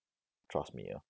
trust me ah